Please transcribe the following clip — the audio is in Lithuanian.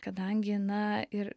kadangi na ir